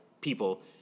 people